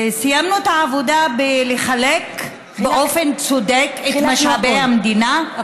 סיימנו את העבודה לחלק באופן צודק את משאבי המדינה?